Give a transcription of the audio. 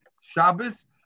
Shabbos